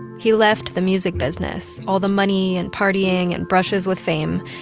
he left the music business, all the money and partying and brushes with fame,